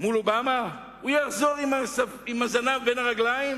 מול אובמה, הוא יחזור עם הזנב בין הרגליים